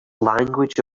language